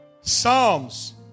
Psalms